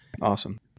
awesome